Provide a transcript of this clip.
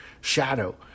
shadow